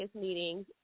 meetings